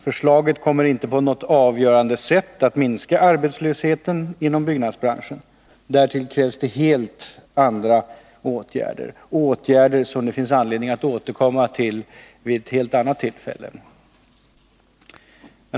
Förslaget kommer inte att på något avgörande sätt minska arbetslösheten inom byggnadsbranschen. Därtill krävs helt andra åtgärder — åtgärder som det finns anledning att återkomma till vid ett helt annat tillfälle.